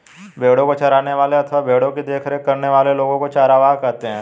भेड़ों को चराने वाले अथवा भेड़ों की देखरेख करने वाले लोगों को चरवाहा कहते हैं